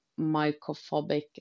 mycophobic